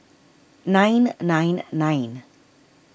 nine nine nine